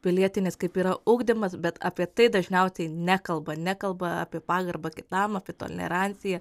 pilietinis kaip yra ugdymas bet apie tai dažniausiai nekalba nekalba apie pagarbą kitam apie toleranciją